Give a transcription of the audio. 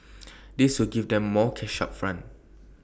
this will give them more cash up front